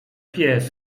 pies